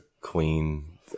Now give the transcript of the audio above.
Queen